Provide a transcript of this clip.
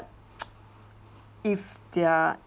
if their